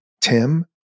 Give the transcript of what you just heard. Tim